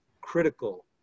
critical